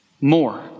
more